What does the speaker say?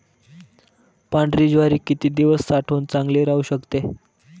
पांढरी ज्वारी किती दिवस साठवून चांगली राहू शकते?